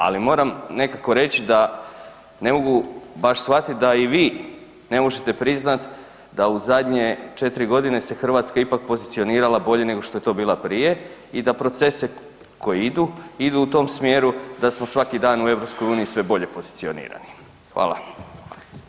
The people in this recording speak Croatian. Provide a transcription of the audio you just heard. Ali moram nekako reći da ne mogu baš shvatiti da i vi ne možete priznati da u zadnje 4 godine se Hrvatska ipak pozicionirala bolje nego što je to bila prije i da procese koji idu, idu u tom smjeru da smo svaki dan u EU sve bolje pozicionirani.